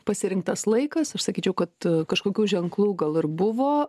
pasirinktas laikas aš sakyčiau kad kažkokių ženklų gal ir buvo